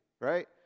right